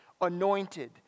Anointed